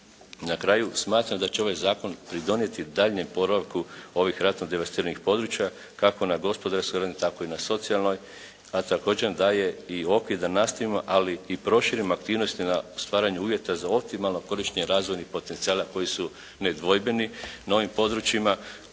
Na kraju smatram da će ovaj zakon pridonijeti daljnjem oporavku ovih ratom devastiranih područja kako na gospodarskoj … /Govornik se ne razumije./ … tako i na socijalnoj a također daje i okvir da nastavimo ali i proširimo aktivnosti na stvaranju uvjeta za optimalno korištenje razvojnih potencijala koji su nedvojbeni na ovim područjima